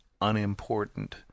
Unimportant